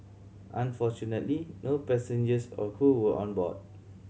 unfortunately no passengers or crew were on board